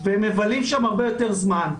והם מבלים שם הרבה יותר זמן.